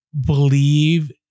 believe